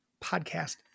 podcast